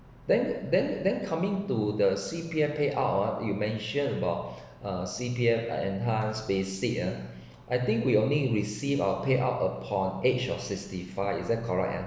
then then then coming to the C_P_F payout ah you mentioned about uh C_P_F enhanced basic uh I think we only receive our payout upon age of sixty five is that correct ah